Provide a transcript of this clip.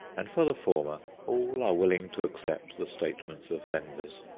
and for the former all are willing to accept the statements of vendors.